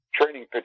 training